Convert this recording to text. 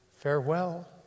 farewell